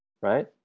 Right